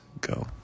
go